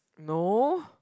no